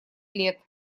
лет